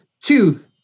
two